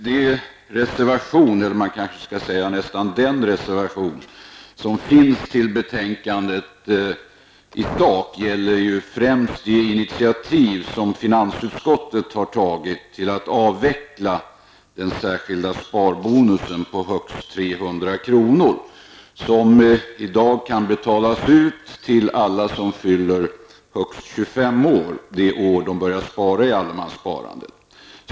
De reservationer, eller rättare sagt den reservation, som har fogats till betänkandet handlar främst i sak om finansutskottets initiativ till att avveckla den särskilda sparbonusen på högst 300 kr. I dag betalas denna bonus ut till alla som fyller högst 25 år det år de börjar spara i allemanssparandet.